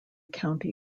county